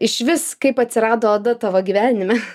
išvis kaip atsirado oda tavo gyvenime